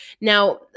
Now